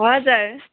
हजुर